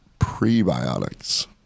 prebiotics